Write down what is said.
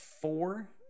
four